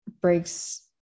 breaks